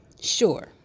sure